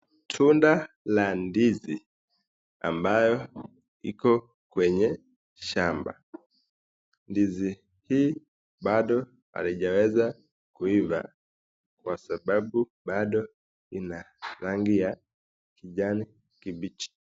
Tunda la ndizi ambayo iko kwenye shamba ndizi hii bado haijeweza kuiva kwa sababu bado ina rangi ya kijani kibichi.